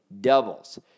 doubles